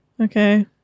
Okay